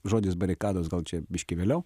žodis barikados gal čia biškį vėliau